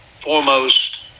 foremost